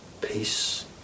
peace